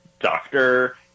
doctor